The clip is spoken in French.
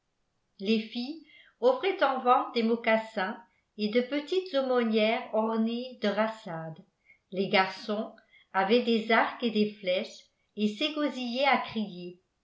les filles offraient en vente des mocassins et de petites aumônières ornées de rassades les garçons avaient des arcs et des flèches et s'égosillaient à crier